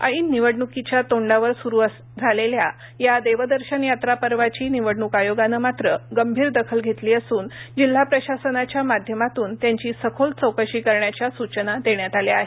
ऐन निवडणुकीच्या तोंडावर सुरु झालेल्या या देवदर्शन यात्रा पर्वाची निवडणूक आयोगाने मात्र गंभीर दखल घेतली असून जिल्हा प्रशासनाच्या माध्यमातून त्यांची सखोल चौकशी करण्याच्या सूचना देण्यात आल्या आहेत